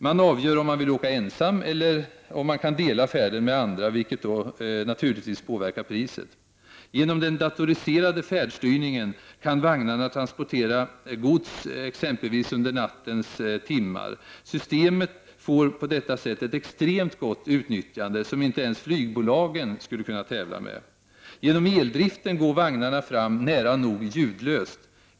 Man avgör om man vill åka ensam eller om man kan dela färden med andra, vilket naturligtvis påverkar priset. Genom den datoriserade färdstyrningen kan vagnarna transportera gods, exempelvis under nattens timmar. Systemet erbjuder på det sättet ett extremt gott utnyttjande — inte ens flygbolagen skulle kunna tävla om att vara bättre i det avseendet. Genom eldriften går vagnarna fram närapå ljudlöst.